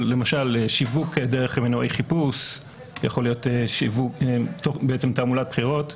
אבל למשל שיווק דרך מנועי חיפוש זה יכול להיות תעמולת בחירות,